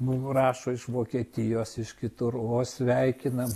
mum rašo iš vokietijos iš kitur o sveikinam